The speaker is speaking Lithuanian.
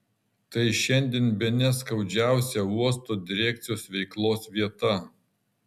tai šiandien bene skaudžiausia uosto direkcijos veiklos vieta